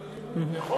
יכול.